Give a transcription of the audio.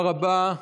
תודה רבה.